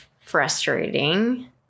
frustrating